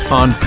on